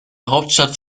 hauptstadt